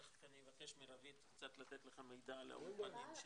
תיכף אני אבקש מרוית קצת לתת לך מידע על האולפנים.